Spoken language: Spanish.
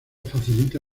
facilita